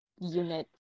unit